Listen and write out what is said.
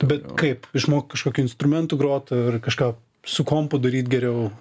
bet kaip išmokt kažkokiu instrumentu grot ar kažką su kompu daryt geriau